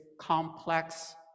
complex